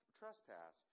trespass